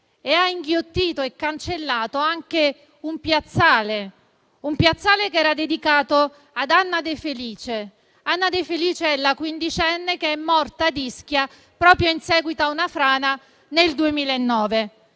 e ha inghiottito e cancellato anche un piazzale dedicato ad Anna De Felice, la quindicenne che è morta a Ischia proprio in seguito a una frana nel 2009.